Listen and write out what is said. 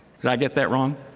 i get that strong?